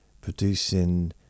producing